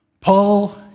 Paul